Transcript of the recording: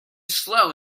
slow